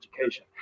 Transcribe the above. education